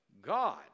God